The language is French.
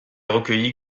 recueilli